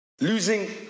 Losing